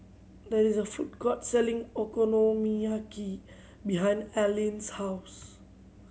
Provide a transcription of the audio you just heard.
there is a food court selling Okonomiyaki behind Aleen's house